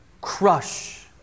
crush